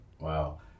Wow